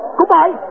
Goodbye